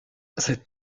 cette